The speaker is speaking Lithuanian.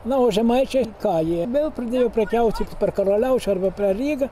na o žemaičiai ką jie vėl pradėjo prekiauti per karaliaučių arba per rygą